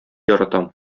яратам